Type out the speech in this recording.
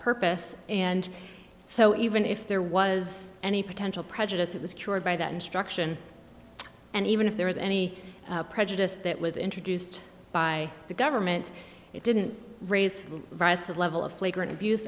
purpose and so even if there was any potential prejudice that was cured by that instruction and even if there was any prejudice that was introduced by the government it didn't raise rise to the level of flagrant abuse